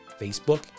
facebook